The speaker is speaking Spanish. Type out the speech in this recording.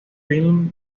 filme